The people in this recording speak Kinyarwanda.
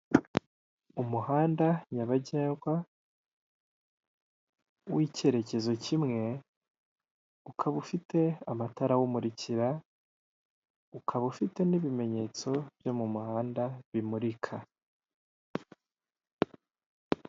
Umuhanda nyabagendwa, w'icyerekezo kimwe, ukaba ufite amatara awumurikira, ukaba ufite n'ibimenyetso byo mu muhanda bimurika.